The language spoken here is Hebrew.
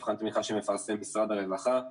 מבחן תמיכה שמפרסם משרד הרווחה.